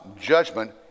judgment